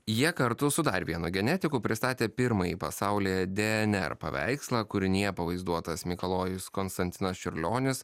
jie kartu su dar vienu genetiku pristatė pirmąjį pasaulyje dnr paveikslą kūrinyje pavaizduotas mikalojus konstantinas čiurlionis